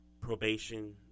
probation